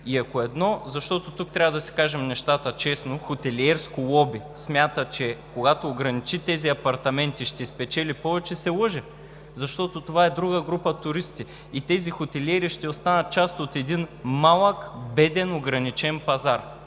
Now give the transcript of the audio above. хотели. Тук трябва да си кажем нещата честно: хотелиерското лоби смята, че като ограничи тези апартаменти, ще спечели повече, се лъже. Защото това е друга група туристи и тези хотелиери ще останат част от един малък, беден, ограничен пазар.